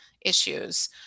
issues